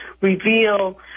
reveal